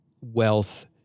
wealth